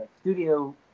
studio